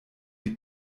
die